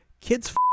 kids